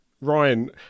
Ryan